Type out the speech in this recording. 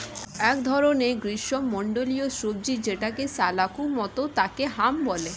এক ধরনের গ্রীষ্মমন্ডলীয় সবজি যেটা শাকালু মতো তাকে হাম বলে